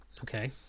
Okay